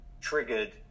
triggered